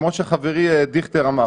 כמו שחברי דיכטר אמר.